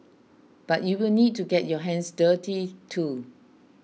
but you will need to get your hands dirty too